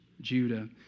Judah